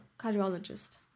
cardiologist